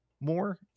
more